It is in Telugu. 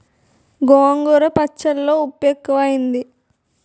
గోంగూర పచ్చళ్ళో ఉప్పు ఎక్కువైంది